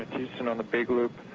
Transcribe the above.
and um the big loop.